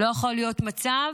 לא יכול להיות מצב